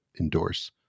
endorse